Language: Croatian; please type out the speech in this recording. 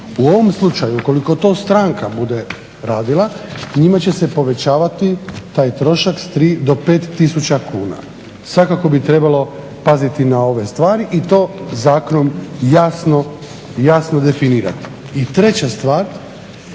U ovom slučaju ukoliko to stranka bude radila njima će se povećavati taj trošak s 3 do 5 tisuća kuna. Svakako bi trebalo paziti na ove stvari i to zakonom jasno definirati.